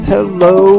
Hello